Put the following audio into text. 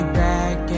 back